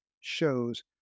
shows